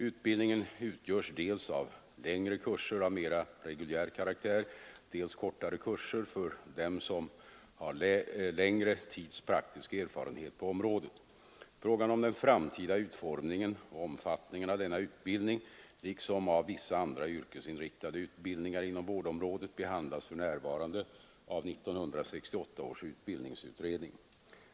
Utbildningen utgörs dels av längre kurser av mera reguljär karaktär, dels av kortare kurser för dem som har längre tids praktisk erfarenhet på området. Frågan om den framtida utformningen och omfattningen av denna utbildning liksom av vissa andra yrkesinriktade utbildningar inom vårdområdet behandlas för närvarande av 1968 års utbildningsutredning.